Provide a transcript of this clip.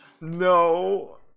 No